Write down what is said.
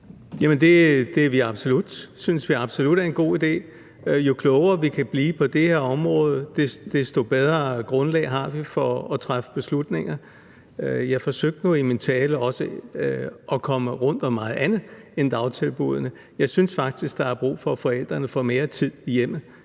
Det synes vi absolut er en god idé. Jo klogere vi kan blive på det her område, desto bedre grundlag har vi for at træffe beslutninger. Jeg forsøgte nu i min tale også at komme rundt om meget andet end dagtilbuddene. Jeg synes faktisk, der er brug for, at forældrene får mere tid i hjemmet